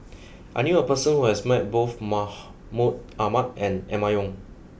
I knew a person who has met both Maha Mahmud Ahmad and Emma Yong